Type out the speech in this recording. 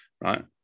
right